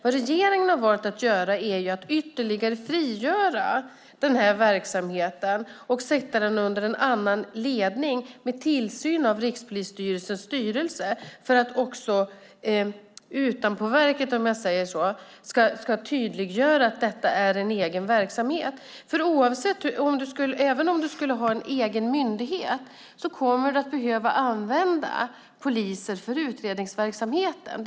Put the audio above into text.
Vad regeringen har valt att göra är att ytterligare frigöra verksamheten och sätta den under en annan ledning med tillsyn av Rikspolisstyrelsens styrelse för att också utanpåverket - om jag uttrycker det så - ska tydliggöra att detta är en egen verksamhet. Även om vi skulle ha en egen myndighet för detta kommer vi att behöva använda poliser för utredningsverksamheten.